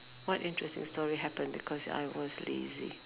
what interesting story happened because I was lazy